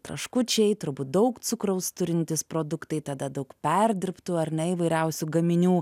traškučiai turbūt daug cukraus turintys produktai tada daug perdirbtų ar ne įvairiausių gaminių